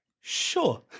Sure